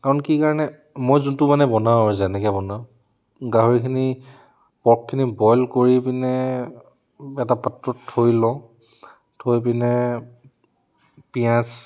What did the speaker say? কাৰণ কি কাৰণে মই যোনটো মানে বনাওঁ আৰু যেনেকৈ বনাওঁ গাহৰিখিনি পৰ্কখিনি বইল কৰি পিনে এটা পাত্ৰত থৈ লওঁ থৈ পিনে পিঁয়াজ